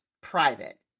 private